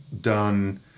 done